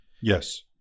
Yes